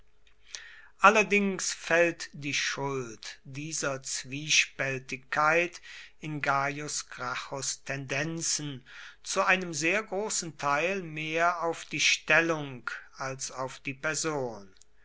allerdings fällt die schuld dieser zwiespältigkeit in gaius gracchus tendenzen zu einem sehr großen teil mehr auf die stellung als auf die person